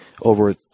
over